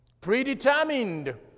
Predetermined